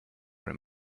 him